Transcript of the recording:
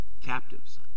captives